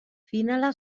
finala